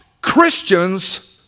Christians